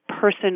Person